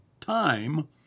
time